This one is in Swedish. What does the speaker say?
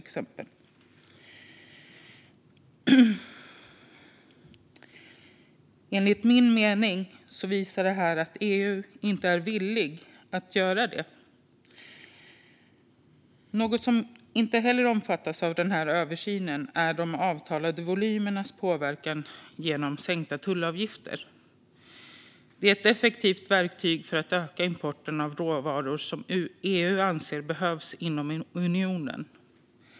Enligt min mening visar detta att EU inte är villigt att göra det. Något som inte heller omfattas av den här översynen är de avtalade volymernas påverkan genom sänkta tullavgifter. Det är ett effektivt verktyg för att öka importen av råvaror som EU anser behövs inom unionen.